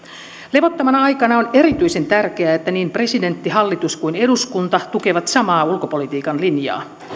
levottomana aikana on erityisen tärkeää että niin presidentti hallitus kuin eduskunta tukevat samaa ulkopolitiikan linjaa